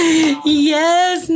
Yes